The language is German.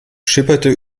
schipperte